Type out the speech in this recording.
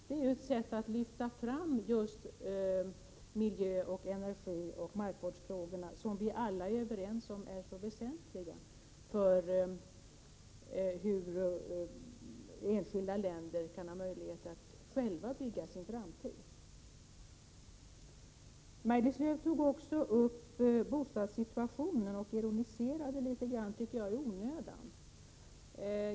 Det är ju ett sätt att lyfta fram just miljö-, energioch markvårdsfrågorna, som — det är vi alla överens om — är så väsentliga för enskilda länder när det gäller deras möjligheter att själva bygga sin framtid. Maj-Lis Lööw tog också upp frågan om bostadssituationen. Hon ironiserade litet grand i onödan, tycker jag.